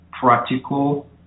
practical